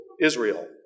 Israel